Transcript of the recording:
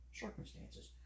circumstances